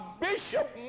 bishop